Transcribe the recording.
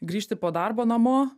grįžti po darbo namo